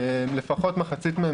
לפחות מחצית מהם,